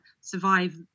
survive